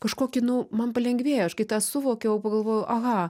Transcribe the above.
kažkokį nu man palengvėjo aš kai tą suvokiau pagalvojau aha